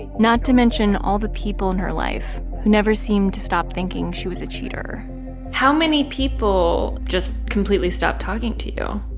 not to mention all the people in her life who never seemed to stop thinking she was a cheater how many people just completely stopped talking to you?